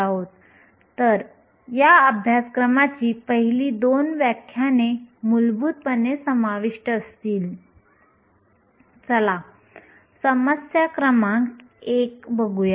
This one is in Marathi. आपण एका साध्या नमुन्याकडे पाहिले जिथे आपल्याकडे कोणतीही क्षमता नसलेला एकसमान त्रिमितीय घन आहे